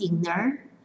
dinner